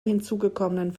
hinzugekommenen